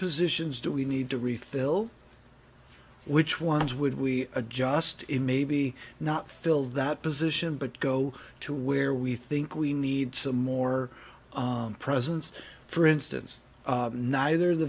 positions do we need to refill which ones would we adjust to maybe not fill that position but go to where we think we need some more presence for instance neither the